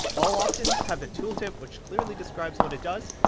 all options have a tooltip which clearly describes what it does.